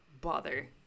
bother